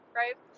right